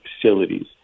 facilities